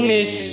Miss